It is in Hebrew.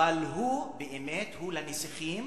אבל הוא באמת על נסיכים